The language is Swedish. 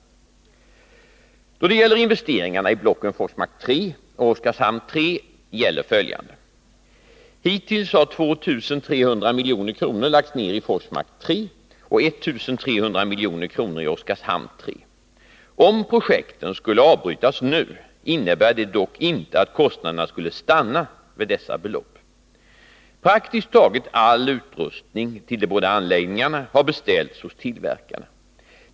Då det gäller investeringarna i blocken Forsmark 3 och Oskarshamn 3 gäller följande. Hittills har 2 300 milj.kr. lagts ner i Forsmark 3 och 1300 milj.kr. i Oskarshamn 3. Om projekten skulle avbrytas nu innebär det dock inte att kostnaderna skulle stanna vid dessa belopp. Praktiskt taget all utrustning till de båda anläggningarna har beställts hos tillverkarna.